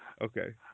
Okay